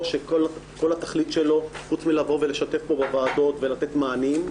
שכל התכלית שלו חוץ מלבוא ולשתף פה בוועדות ולתת מענים,